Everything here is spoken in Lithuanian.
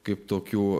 kaip tokių